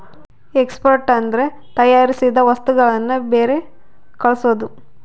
export ಅಂದ್ರೆ ತಯಾರಿಸಿದ ವಸ್ತುಗಳನ್ನು ಬೇರೆ ಕಳ್ಸೋದು